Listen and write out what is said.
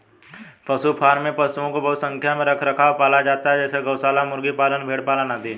पशु फॉर्म में पशुओं को बहुत संख्या में रखकर पाला जाता है जैसे गौशाला, मुर्गी पालन, भेड़ पालन आदि